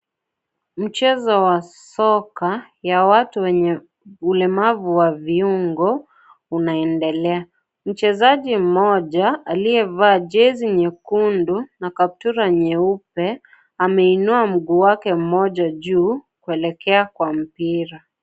Mchezo wa soka ya watu wenye ulemavu wa viungo unaendelea. Mchezaji mmoja aliyevaa jezi nyekundu na kaptura nyeupe, ameinua mguu wake moja juu kuelekea kwa mpira.